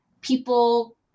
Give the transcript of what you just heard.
people